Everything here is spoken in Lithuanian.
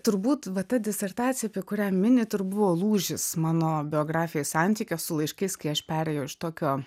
turbūt va ta disertacija apie kurią minit ir buvo lūžis mano biografijoj santykio su laiškais kai aš perėjo iš tokio